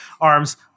arms